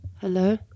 hello